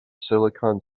silicon